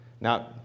Now